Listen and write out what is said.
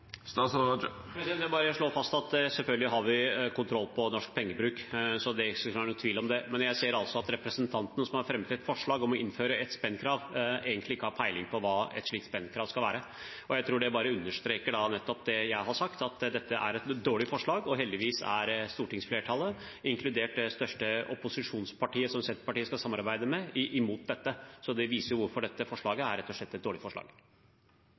Jeg vil bare slå fast at vi selvfølgelig har kontroll på norsk pengebruk, det skulle ikke være noen tvil om det. Men jeg ser altså at representanten som har fremmet et forslag om å innføre et spendkrav, egentlig ikke har peiling på hva et slikt spendkrav skal være. Jeg tror det bare understreker nettopp det jeg har sagt, at dette er et dårlig forslag. Heldigvis er stortingsflertallet, inkludert det største opposisjonspartiet, som Senterpartiet skal samarbeide med, imot dette. Det viser hvorfor dette forslaget rett og slett er et dårlig forslag.